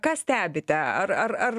ką stebite ar ar ar